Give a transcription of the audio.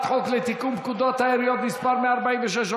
חוק לתיקון פקודות העיריות (תיקון מס' 146,